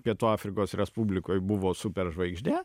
pietų afrikos respublikoj buvo superžvaigždė